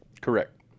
Correct